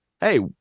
hey